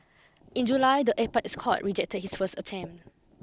in July the apex court rejected his first attempt